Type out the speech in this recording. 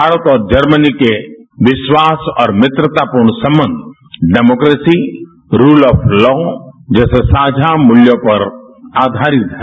भारत और जर्मनी के विश्वास और मित्रतापूर्ण संबंध डेमोक्रेसी रूल ऑफ लॉ जैसे साझा मूल्यों पर आधारित है